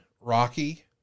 rocky